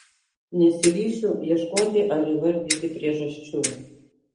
nesiryšiu ieškoti ar įvardyti priežasčių